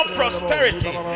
prosperity